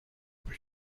habe